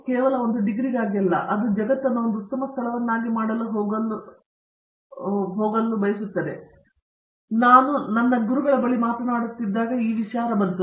ರವೀಂದ್ರ ಗೆಟ್ಟು ನಾನು ನನ್ನ ಗುರುಗಳ ಬಳಿ ಮಾತನಾಡುತ್ತಿದ್ದಾಗ ಇದು ಮತ್ತೆ ಬರುತ್ತದೆ